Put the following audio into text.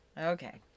Okay